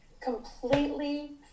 completely